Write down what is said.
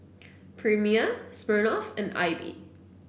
Premier Smirnoff and AIBI